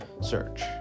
search